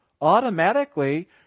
automatically